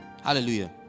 Hallelujah